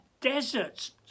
deserts